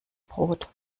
brot